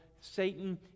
Satan